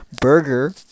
Burger